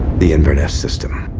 the inverness system,